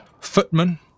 footman